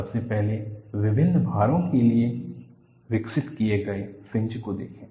सबसे पहले विभिन्न भारों के लिए विकसित किए गए फ्रिंज को देखें